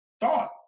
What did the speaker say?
thought